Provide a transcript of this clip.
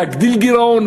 להגדיל גירעון,